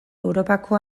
europako